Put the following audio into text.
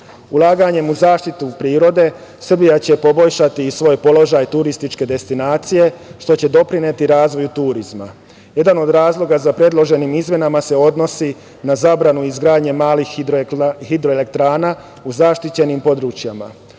Ulaganjem u zaštitu prirode Srbija će poboljšati i svoj položaj turističke destinacije, što će doprineti razvoju turizma. Jedan od razloga za predložene izmene se odnosi na zabranu izgradnje malih hidroelektrana u zaštićenim područjima.U